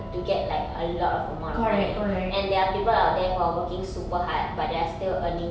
to get like a lot of amount of money and there are people out there who are working super hard but they are still earning